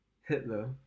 Hitler